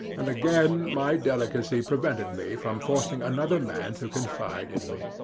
and again my delicacy prevented me from forcing another man to confide in me.